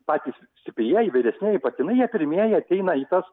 patys stiprieji vyresnieji patinai jie pirmieji ateina į tas